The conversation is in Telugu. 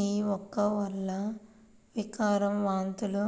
యీ మొక్క వల్ల వికారం, వాంతులు,